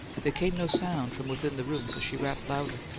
there came no sound from within the room, so she rapped louder.